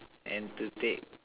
and to take